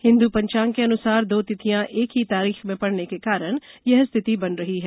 हिन्द् पंचांग के अनुसार दो तिथियां एक ही तारीख में पड़ने के कारण यह स्थिति बन रही है